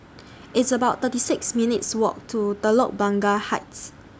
It's about thirty six minutes' Walk to Telok Blangah Heights